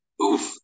Oof